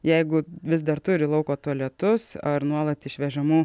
jeigu vis dar turi lauko tualetus ar nuolat išvežamų